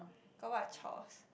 got what chores